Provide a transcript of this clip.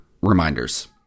reminders